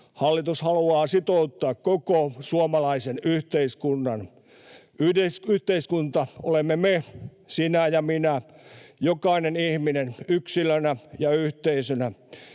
hallitus haluaa sitouttaa koko suomalaisen yhteiskunnan. Yhteiskunta olemme me, sinä ja minä, jokainen ihminen yksilönä ja yhteisönä.